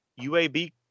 uab